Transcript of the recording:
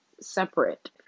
separate